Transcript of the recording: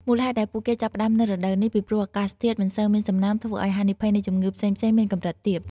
មូលហេតុដែលពួកគេចាប់ផ្តើមនៅរដូវនេះ ពីព្រោះអាកាសធាតុមិនសូវមានសំណើម ធ្វើឲ្យហានិភ័យនៃជំងឺផ្សេងៗមានកម្រិតទាប។